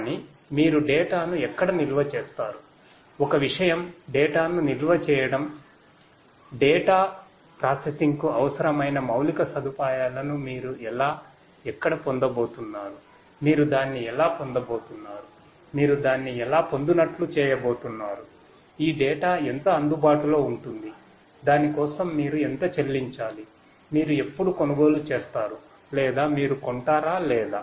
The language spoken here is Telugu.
కానీ మీరు డేటా ఎంత అందుబాటులో ఉంటుంది దాని కోసం మీరు ఎంత చెల్లించాలి మీరు ఎప్పుడు కొనుగోలు చేస్తారు లేదా మీరు కొంటారా లేదా